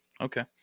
Okay